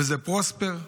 וזה פרוספר,